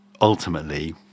ultimately